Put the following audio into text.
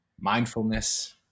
mindfulness